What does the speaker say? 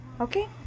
Okay